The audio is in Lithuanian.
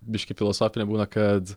biškį filosofinė būna kad